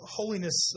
holiness